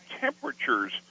temperatures